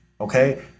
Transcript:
Okay